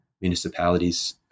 municipalities